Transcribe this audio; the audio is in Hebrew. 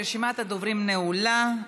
רשימת הדוברים נעולה.